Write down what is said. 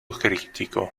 critico